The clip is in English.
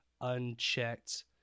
unchecked